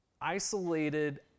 isolated